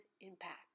impact